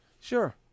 Sure